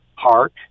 Park